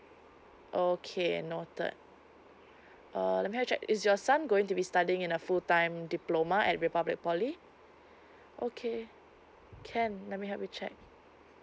okay noted um I checked is your son going to be studying in a full time diploma at republic poly okay can let me help you check